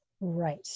Right